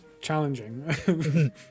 challenging